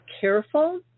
Careful